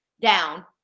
down